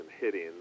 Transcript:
hitting